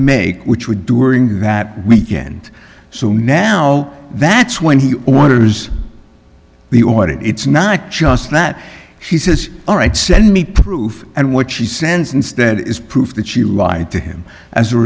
make which would during that weekend so now that's when he wonders the audit it's not just that she says all right send me proof and what she sends instead is proof that she lied to him as a